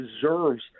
deserves